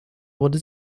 wurde